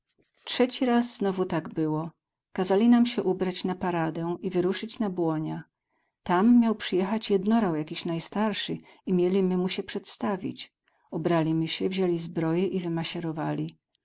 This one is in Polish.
trzeci raz znowu tak było kazali nam sie ubrać na paradę i wyruszyć na błonia tam miał przyjechać jednorał jakiś najstarszy i mieli my mu sie przedstawić ubrali my sie wzięli zbroję i wymasierowali potem my